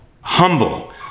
humble